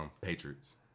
Patriots